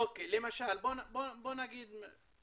אוקיי, למשל, בוא נגיד,